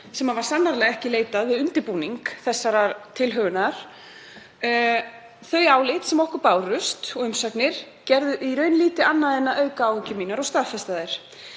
sem sannarlega var ekki leitað til við undirbúning þessarar tilhögunar. Þau álit sem okkur bárust og umsagnir gerðu í raun lítið annað en að auka á áhyggjur mínar og staðfesta þær.